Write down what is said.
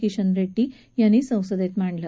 किशन रेड्डी यांनी संसदेत मांडलं